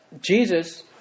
Jesus